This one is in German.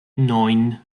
neun